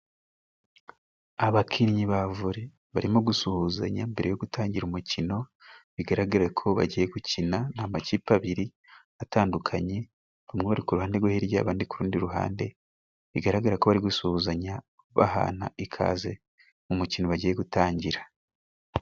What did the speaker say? Abakinnyi ba vole barimo gusuhuzanya mbere yo gutangira umukino bigaraga ko bagiye gukina. Ni amakipe abiri atandukanye bamwe ku ruhande rwo hirya abandi ku rundi ruhande, bigaragara ko bari gusuhuzanya bahana ikaze mu mukino bagiye gutangira.